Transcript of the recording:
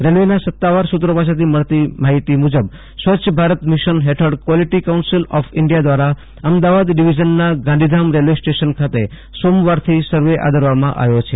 રેલવેના સતાવાર સુત્રો પાસેથી મળતી વિગતો મુજબ સ્વચ્છ ભારત મિશન ફેઠળ ક્વોલિટી કાઉન્સિલ ઓફ ઇન્ડિયન દ્વારા અમદાવાદ ડીવીઝનના ગાંધીધામ રેલ્વે ખાતે સોમવારથી સર્વે આદરવામાં આવ્યો છે